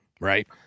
right